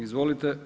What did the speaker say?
Izvolite.